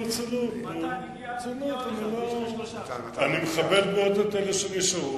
אני מכבד מאוד את אלה שנשארו.